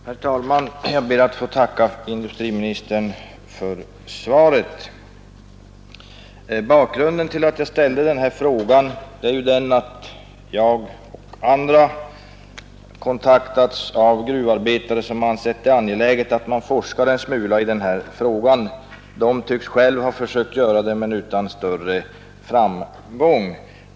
Herr talman! Jag ber att få tacka industriministern för svaret. Bakgrunden till att jag ställde frågan är den att jag och andra har kontaktats av gruvarbetare som har ansett det angeläget att man forskade en smula i det här sammanhanget. De tycks själva ha försökt göra det men utan större framgång.